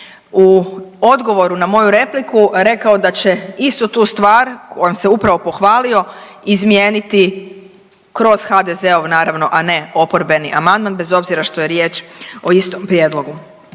u odgovoru na moju repliku rekao da će istu tu stvar kojom se upravo pohvalio izmijeniti kroz HDZ-ov naravno, a ne oporbeni amandman bez obzira što je riječ o istom prijedlogu.